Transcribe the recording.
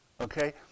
okay